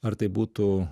ar tai būtų